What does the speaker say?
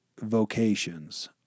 vocations